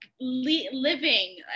living